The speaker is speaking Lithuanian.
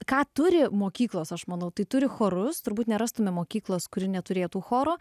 ką turi mokyklos aš manau tai turi chorus turbūt nerastumėme mokyklos kuri neturėtų choro